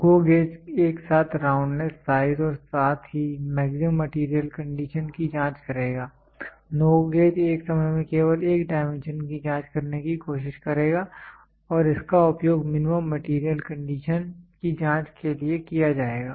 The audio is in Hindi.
GO गेज एक साथ राउंडनेस साइज और साथ ही मैक्सिमम मैटेरियल कंडीशन की जांच करेगा NO GO गेज एक समय में केवल एक डायमेंशन की जांच करने की कोशिश करेगा और इसका उपयोग मिनिमम मेटेरियल कंडीशन की जांच के लिए किया जाएगा